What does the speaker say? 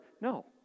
No